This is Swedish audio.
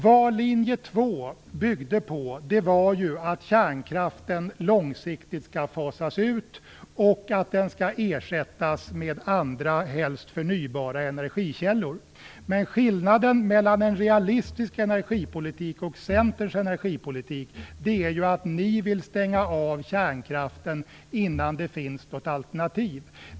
Vad linje 2 byggde på var att kärnkraften långsiktigt skulle fasas ut, och att den skulle ersättas med andra helst förnybara energikällor. Skillnaden mellan en realistisk energipolitik och Centerns energipolitik är att ni vill stänga av kärnkraften innan det finns något alternativ.